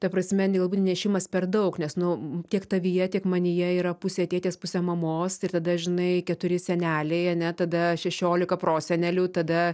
ta prasme n galbūt nešimas per daug nes nu tiek tavyje tiek manyje yra pusė tėtės pusė mamos ir tada žinai keturi seneliai ane tada šešiolika prosenelių tada